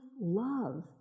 love